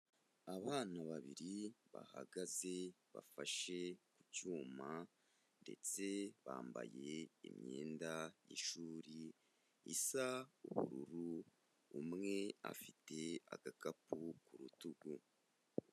Abana babiri bahagaze bafashe ku cyuma ndetse bambaye imyenda y'ishuri isa ubururu, umwe afite agakapu ku rutugu.